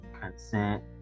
Consent